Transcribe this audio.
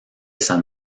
san